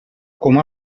com